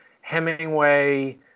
Hemingway